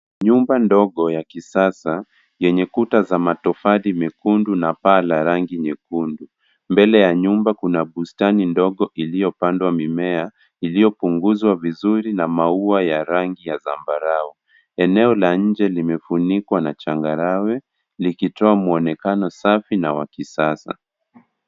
Nyumba ndogo ya kisasa yenye kuta za matofali mekundu na paa la rangi nyekundu. Mbele ya nyumba kuna bustani ndogo iliopandwa mimea iliyopunguzwa vizuri na maua ya rangi ya zambarau. Eneo la nje limefunikwa na changarawe likitoa mwonekano safi na wa kisasa.